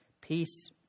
peace